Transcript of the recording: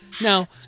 now